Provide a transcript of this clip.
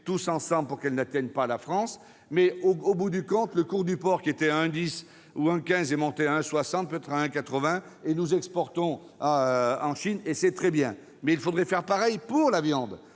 tous ensemble, pour qu'elle n'atteigne pas la France. Au bout du compte, le cours du porc, qui était à 1,10 ou 1,15 euro, est monté à 1,60 euro et pourrait atteindre 1,80 euro ; nous exportons en Chine, et c'est très bien ! Mais il faudrait faire pareil pour la viande